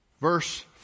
Verse